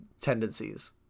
tendencies